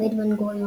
דוד בן-גוריון.